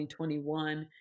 2021